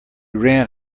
ran